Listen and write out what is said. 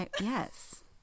Yes